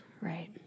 Right